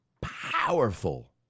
powerful